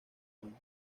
pan